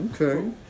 Okay